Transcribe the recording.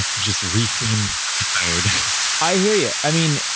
just re-themed episode i hear you. i mean,